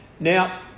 Now